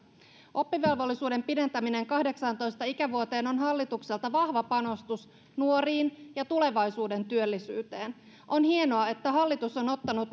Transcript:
oppivelvollisuuden pidentäminen kahdeksaantoista ikävuoteen on hallitukselta vahva panostus nuoriin ja tulevaisuuden työllisyyteen on hienoa että hallitus on ottanut